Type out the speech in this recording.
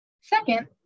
Second